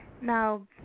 Now